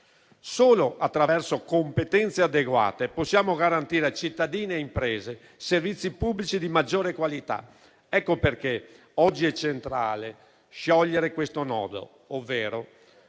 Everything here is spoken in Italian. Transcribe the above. Solo attraverso competenze adeguate possiamo garantire, a cittadini e imprese, servizi pubblici di maggiore qualità. Ecco perché oggi è centrale sciogliere questo nodo, ovvero